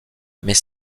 mais